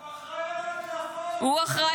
הוא אחראי